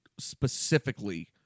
specifically